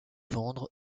vendre